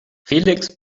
felix